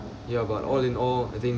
ya but all in all I think